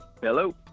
hello